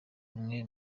umwe